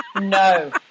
No